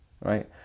right